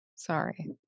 Sorry